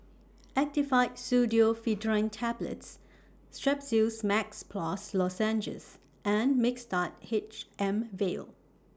Actifed Pseudoephedrine Tablets Strepsils Max Plus Lozenges and Mixtard H M Vial